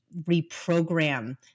reprogram